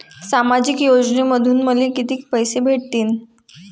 सामाजिक योजनेमंधून मले कितीक पैसे भेटतीनं?